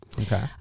Okay